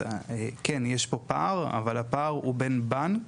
אז כן, יש פה פער, אבל הפער הוא בין בנק.